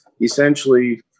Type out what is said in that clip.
essentially